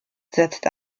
setzt